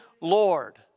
Lord